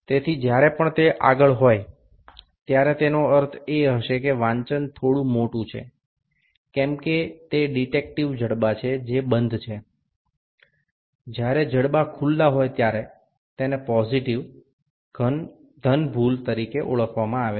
অতএব যখনই এটি এগিয়ে থাকবে এর অর্থ হল বন্ধ হওয়া পরিমাপের বাহুগুলির তুলনায় পাঠটি কিছুটা বড় হয়